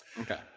Okay